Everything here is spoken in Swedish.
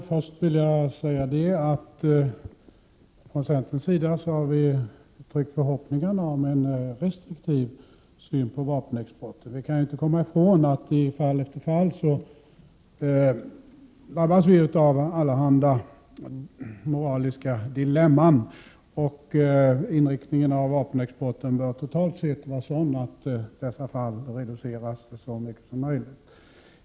Herr talman! Från centerns sida har vi uttryckt förhoppningar om att det här landet skall föra en restriktiv vapenexportpolitik. Vi kan inte komma ifrån att vi i fall efter fall drabbas av allehanda moraliska dilemman. Inriktningen av vapenexporten bör totalt sett vara sådan att antalet dylika fall reduceras så mycket som möjligt.